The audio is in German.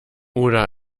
oder